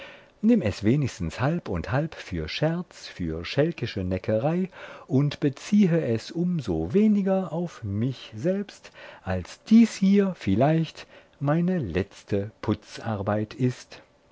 nimm es wenigstens halb und halb für scherz für schälkische neckerei und beziehe es um so weniger auf mich selbst als dies hier vielleicht meine letzte putzarbeit ist